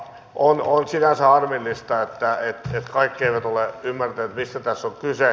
on sinänsä harmillista että kaikki eivät ole ymmärtäneet mistä tässä on kyse